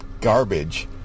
garbage